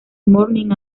morning